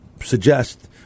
suggest